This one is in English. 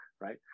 right